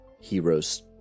heroes